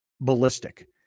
ballistic